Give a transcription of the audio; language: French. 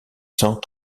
cent